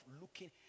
looking